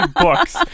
books